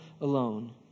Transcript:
alone